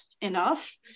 enough